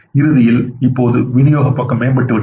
இறுதியில் இப்போது விநியோகப் பக்கம் மேம்பட்டுள்ளது